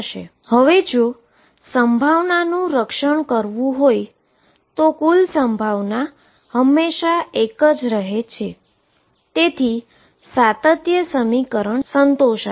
હવે જો પ્રોબેબીલીટીનું કઝર્વ કરવું હોય તો કુલ પ્રોબેબીલીટી હંમેશા 1 જ રહે છે તેથી સાતત્ય સમીકરણ સંતોષાશે